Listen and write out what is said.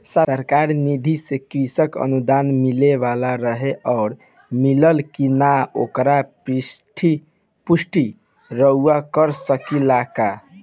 सरकार निधि से कृषक अनुदान मिले वाला रहे और मिलल कि ना ओकर पुष्टि रउवा कर सकी ला का?